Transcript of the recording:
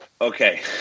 okay